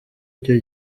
icyo